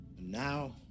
Now